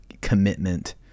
commitment